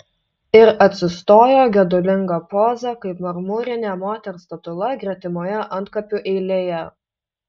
ir atsistojo gedulinga poza kaip marmurinė moters statula gretimoje antkapių eilėje